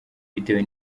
bitewe